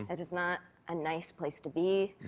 it was not a nice place to be.